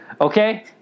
Okay